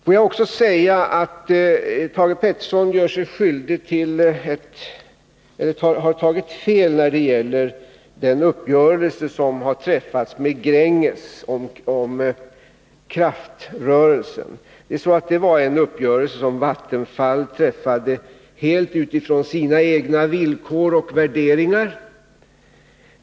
Låt mig också säga att Thage Peterson har tagit fel när det gäller den uppgörelse som har träffats med Gränges om kraftrörelsen. Det var en uppgörelse som Vattenfall träffade helt med utgångspunkt i sina egna villkor och värderingar.